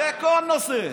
בכל נושא,